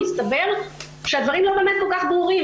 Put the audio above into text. הסתבר שהדברים לא באמת לא כל כך ברורים,